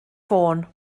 ffôn